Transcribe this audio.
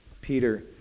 Peter